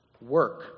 work